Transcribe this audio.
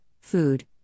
food